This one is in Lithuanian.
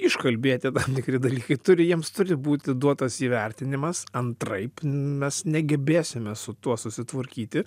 iškalbėti tam tikri dalykai turi jiems turi būti duotas įvertinimas antraip mes negebėsime su tuo susitvarkyti